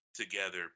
together